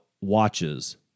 watches